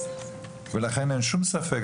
לכן אין שום ספק,